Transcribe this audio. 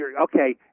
okay